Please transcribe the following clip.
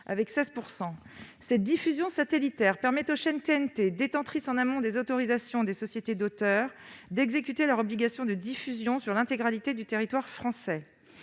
avec 16 %. Cette diffusion satellitaire permet aux chaînes TNT, détentrices en amont des autorisations des sociétés d'auteurs, d'exécuter leur obligation de diffusion sur l'intégralité du territoire français.